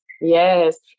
Yes